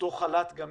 אותו חל"ת גמיש,